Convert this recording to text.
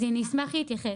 אני אשמח להתייחס.